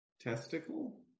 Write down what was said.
testicle